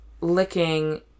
licking